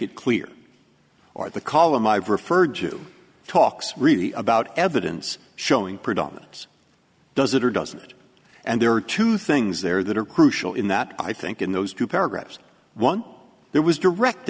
it clear or the column i've referred to talks really about evidence showing predominance does it or doesn't it and there are two things there that are crucial in that i think in those two paragraphs one there was direct